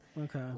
Okay